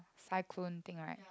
cyclone thing right